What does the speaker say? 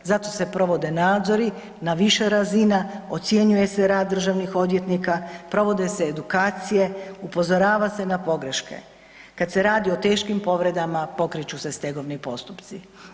Zato se provode nadzori na više razina, ocjenjuje se rad državnih odvjetnika, provode se edukacije, upozorava se na pogreške, kad se radi o teškim povredama, pokreću se stegovni postupci.